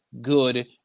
good